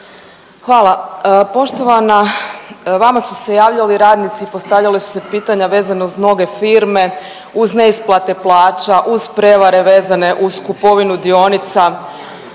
Hvala. Poštovana, vama su se javljali radnici i postavljala su se pitanja vezana uz mnoge firme, uz neisplate plaća, uz prevare vezane uz kupovinu dionica,